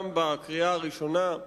גם בקריאה הראשונה,